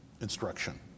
instruction